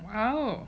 !wow!